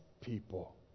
people